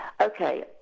Okay